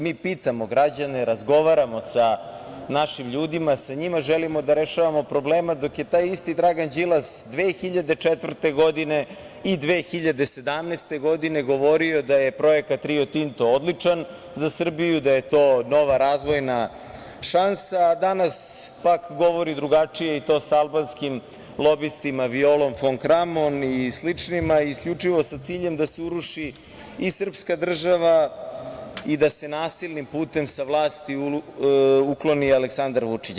Mi pitamo građane, razgovaramo sa našim ljudima, sa njima želimo da rešavamo probleme, dok je taj isti Dragan Đilas 2004. godine i 2017. godine govorio da je projekat „Rio Tinto“ odličan za Srbiju, da je to nova razvojna šansa, a danas pak govori drugačije, i to sa albanskim lobistima Violom fon Kramon i sličnima, isključivo sa ciljem da se uruši i srpska država i da se nasilnim putem sa vlasti ukloni Aleksandar Vučić.